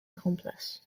accomplice